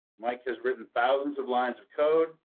mike has written thousands of lines of code,